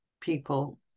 people